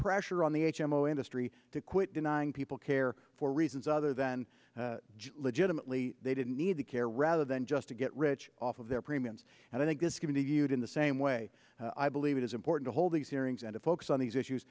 pressure on the h m o industry to quit denying people care for reasons other than legitimately they didn't need to care rather than just to get rich off of their premiums and i think this given the youth in the same way i believe it is important to hold these hearings and a focus on these issues